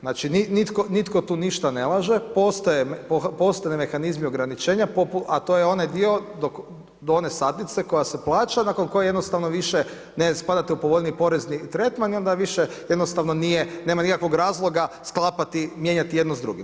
Znači nitko tu ništa ne laže, postaju mehanizmi ograničenja a to je onaj dio do one stanice koja se plaća nakon koje jednostavno više ne spadate u povoljniji porezni tretman i onda više jednostavno nema nikakvog razloga, sklapati, mijenjati jedno s drugim.